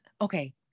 Okay